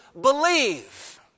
believe